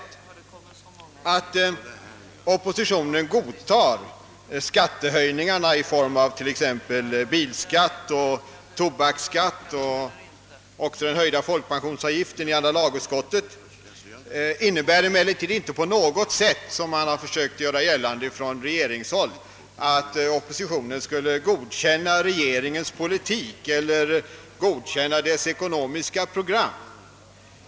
Det förhållandet att oppositionen godtar skattehöjningar i form av till exempel ökad bilskatt och tobaksskatt och även den höjda folkpensionsavgiften i andra lagutskottet innebär emellertid inte på något sätt — som man försökt göra gällande från regeringshåll — att oppositionen skulle godkänna regeringens politik eller ekonomiska program.